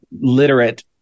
literate